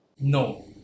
no